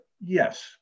Yes